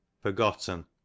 forgotten